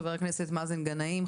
ח"כ מאזן גנאים,